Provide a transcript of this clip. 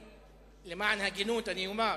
למען ההגינות אני אומר,